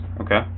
Okay